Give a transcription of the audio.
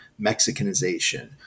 Mexicanization